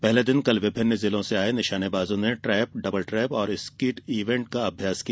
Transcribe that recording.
पहले दिन कल विभिन्न जिलों से आये निशानेबाजों ने ट्रेप डबल ट्रेप और सिकिट इवेंट का अभ्यास किया